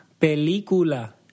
Película